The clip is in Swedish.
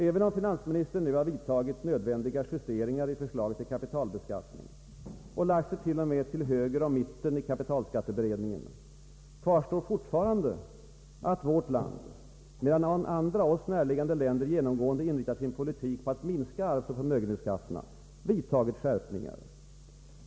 Även om finansministern nu har vidtagit nödvändiga justeringar i förslaget till kapitalbeskattning och lagt sig t.o.m. till höger om mitten i kapitalskatteberedningen, kvarstår fortfarande att vårt land, medan andra oss närliggande länder genomgående inriktar sin politik på att minska arvsoch för Ang. en reform av beskattningen, m.m. mögenhetsskatterna, vidtagit skärpningar.